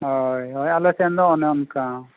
ᱦᱳᱭ ᱟᱞᱮᱥᱮᱱ ᱫᱚ ᱚᱱᱮ ᱚᱱᱠᱟ